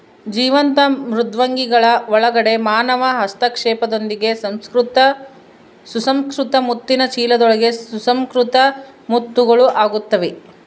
ಜೀವಂತ ಮೃದ್ವಂಗಿಗಳ ಒಳಗಡೆ ಮಾನವ ಹಸ್ತಕ್ಷೇಪದೊಂದಿಗೆ ಸುಸಂಸ್ಕೃತ ಮುತ್ತಿನ ಚೀಲದೊಳಗೆ ಸುಸಂಸ್ಕೃತ ಮುತ್ತುಗಳು ಆಗುತ್ತವೆ